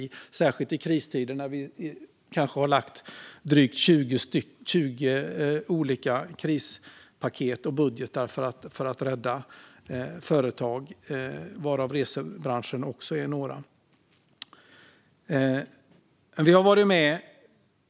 Det gäller särskilt i kristider när vi kanske har lagt fram 20 olika krispaket och budgetar för att rädda företag, varav några också finns i resebranschen.